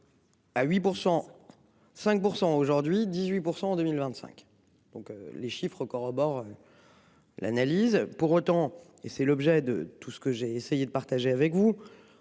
À 805% aujourd'hui, 18% en 2025. Donc les chiffres corroborent. L'analyse pour autant et c'est l'objet de tout ce que j'ai essayé de partager avec vous